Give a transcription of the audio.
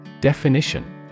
Definition